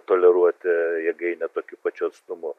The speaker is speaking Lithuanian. toleruoti jėgainę tokiu pačiu atstumu